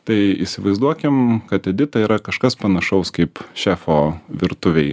tai įsivaizduokim kad edita yra kažkas panašaus kaip šefo virtuvėj